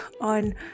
on